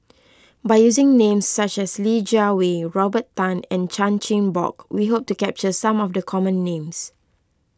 by using names such as Li Jiawei Robert Tan and Chan Chin Bock we hope to capture some of the common names